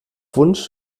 wunsch